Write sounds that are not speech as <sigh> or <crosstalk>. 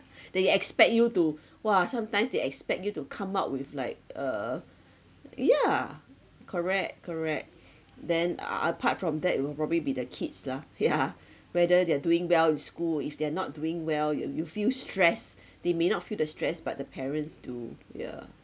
they expect you to !wah! sometimes they expect you to come up with like uh ya correct correct then uh apart from that it will probably be the kids lah yeah <laughs> whether they are doing well in school if they are not doing well you you feel stressed they may not feel the stress but the parents do yeah